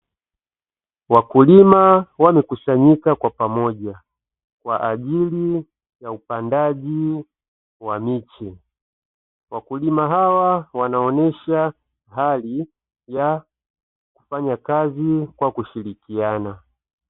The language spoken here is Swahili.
Wakulima wamekusanyika kwa pamoja kwa ajili ya upandaji wa miche, wakulima hawa wanaonyesha hali ya kufanya kazi kwa kushirikiana.